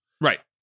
Right